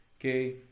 Okay